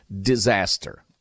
disaster